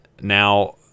Now